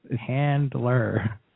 Handler